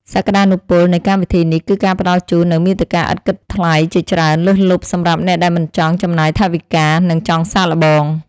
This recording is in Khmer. សក្ដានុពលនៃកម្មវិធីនេះគឺការផ្តល់ជូននូវមាតិកាឥតគិតថ្លៃជាច្រើនលើសលប់សម្រាប់អ្នកដែលមិនចង់ចំណាយថវិកា និង ចង់សាកល្បង។